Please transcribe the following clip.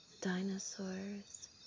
dinosaurs